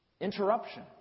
Interruption